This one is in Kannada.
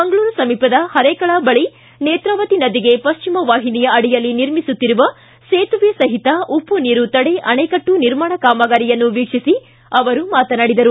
ಮಂಗಳೂರು ಸಮೀಪದ ಹರೇಕಳ ಬಳಿ ನೇತ್ರಾವತಿ ನದಿಗೆ ಪಶ್ಚಿಮ ವಾಹಿನಿಯ ಅಡಿಯಲ್ಲಿ ನಿರ್ಮಿಸುತ್ತಿರುವ ಸೇತುವೆ ಸಹಿತ ಉಪ್ಪು ನೀರು ತಡೆ ಅಣೆಕಟ್ಟು ನಿರ್ಮಾಣ ಕಾಮಗಾರಿಯನ್ನು ವೀಕ್ಷಿಸಿ ಬಳಕ ಅವರು ಮಾತನಾಡಿದರು